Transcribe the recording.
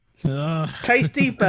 Tasty